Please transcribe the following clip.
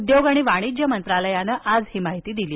उद्योग आणि वाणिज्य मंत्रालयानं आज ही माहिती दिली